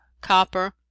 copper